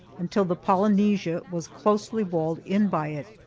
until the polynesia was closely walled in by it,